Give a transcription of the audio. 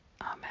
amen